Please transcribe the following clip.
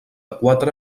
quatre